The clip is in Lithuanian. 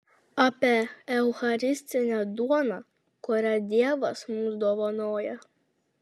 apie eucharistinę duoną kurią dievas mums dovanoja